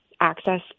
access